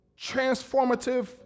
transformative